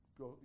go